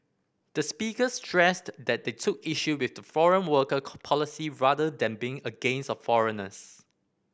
the speakers stressed that they took issue with the foreign worker policy rather than being against of foreigners